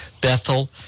Bethel